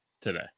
today